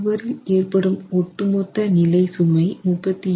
சுவரில் ஏற்படும் ஒட்டுமொத்த நிலை சுமை 3225